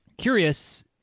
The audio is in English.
curious